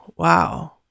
wow